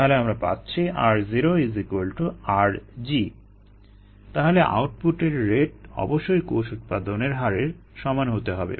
তাহলে আমরা পাচ্ছি 𝑟𝑜 𝑟𝑔 তাহলে আউটপুটের রেট অবশ্যই কোষ উৎপাদনের হারের সমান হতে হবে